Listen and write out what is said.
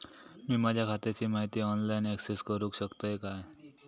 मी माझ्या खात्याची माहिती ऑनलाईन अक्सेस करूक शकतय काय?